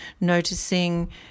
noticing